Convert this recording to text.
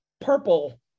purple